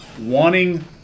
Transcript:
wanting